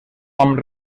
amb